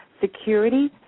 security